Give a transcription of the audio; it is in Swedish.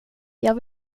jag